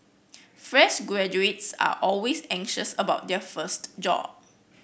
fresh graduates are always anxious about their first job